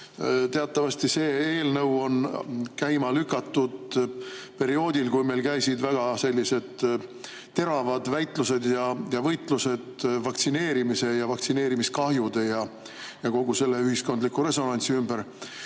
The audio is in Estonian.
Teatavasti see eelnõu on käima lükatud perioodil, kui meil käisid väga teravad väitlused ja võitlused vaktsineerimise, vaktsineerimiskahjude ja kogu selle ühiskondliku resonantsi ümber.